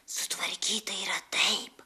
sutvarkyta yra taip